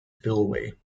spillway